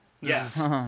Yes